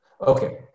Okay